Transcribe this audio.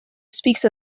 speaks